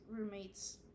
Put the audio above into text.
roommate's